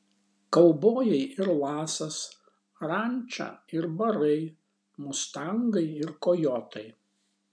kaubojai ir lasas ranča ir barai mustangai ir kojotai